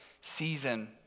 season